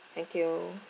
thank you